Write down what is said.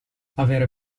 aver